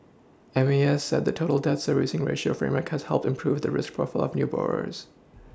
M A S said the total debt Servicing ratio framework has helped to improve the risk profile of new borrowers